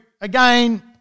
again